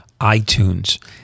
iTunes